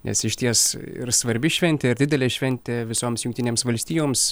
nes išties ir svarbi šventė ir didelė šventė visoms jungtinėms valstijoms